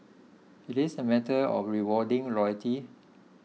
it is a matter of rewarding loyalty